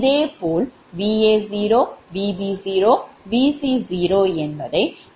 இதேபோல் Va0Vb0Vc0 என்பதை 0 வரிசை என்று எழுதலாம்